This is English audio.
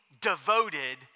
devoted